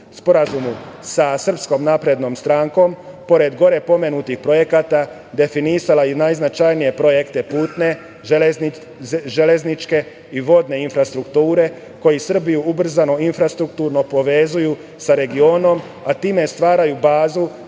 sporazumu sa SNS pored gore pomenutih projekata definisao i najznačajnije projekte, putne, železničke i vodne infrastrukture koji Srbiju ubrzano infrastrukturno povezuju sa regionom, time stvaraju bazu